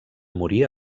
morir